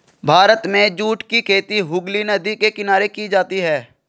भारत में जूट की खेती हुगली नदी के किनारे की जाती है